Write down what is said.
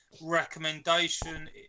Recommendation